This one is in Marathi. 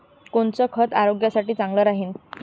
कोनचं खत आरोग्यासाठी चांगलं राहीन?